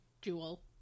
jewel